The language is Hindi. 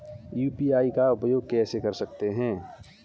यू.पी.आई का उपयोग कैसे कर सकते हैं?